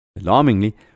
alarmingly